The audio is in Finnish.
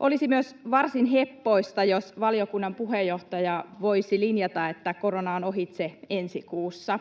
Olisi myös varsin heppoista, jos valiokunnan puheenjohtaja voisi linjata, että korona on ohitse ensi kuussa.